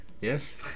Yes